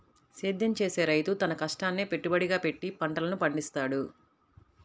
సేద్యం చేసే రైతు తన కష్టాన్నే పెట్టుబడిగా పెట్టి పంటలను పండిత్తాడు